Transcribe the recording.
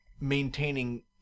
maintaining